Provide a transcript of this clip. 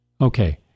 Okay